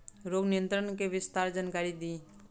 रोग नियंत्रण के विस्तार जानकारी दी?